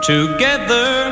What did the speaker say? Together